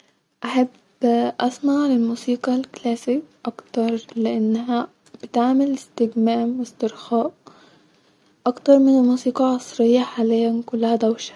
احب اسمع المزيكا الكلاسيك اكتر-لانها بتعمل استجمام واسترخاء-اكتر من الموسيقي العصريه حاليا كلها دوشه